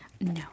No